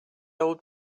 old